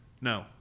no